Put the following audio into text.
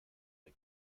der